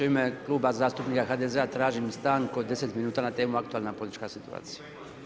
U ime kluba zastupnika HDZ-a tražim stanku od 10 minuta na temu aktualna politička situacija.